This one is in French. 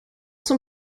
son